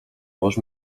możesz